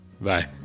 bye